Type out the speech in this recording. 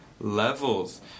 levels